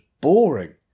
boring